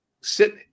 sit